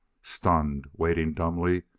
stunned, waiting dumbly,